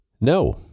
No